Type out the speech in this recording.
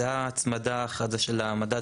זאת ההצמדה למדד,